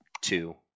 Two